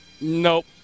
Nope